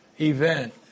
event